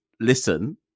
listen